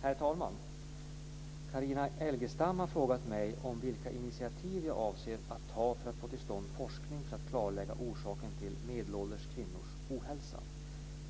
Herr talman! Carina Elgestam har frågat mig om vilka initiativ jag avser att ta för att få till stånd forskning för att klarlägga orsakerna till medelålders kvinnors ohälsa.